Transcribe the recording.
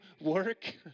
work